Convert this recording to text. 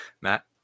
Matt